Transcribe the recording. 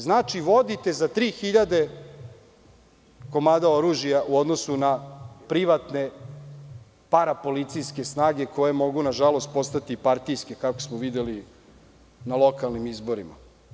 Znači, vodite za 3.000 komada oružja u odnosu na privatne parapolicijske snage koje mogu, nažalost, postati partijske, kako smo videli na lokalnim izborima.